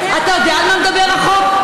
אתה יודע על מה מדבר החוק?